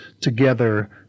together